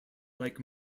like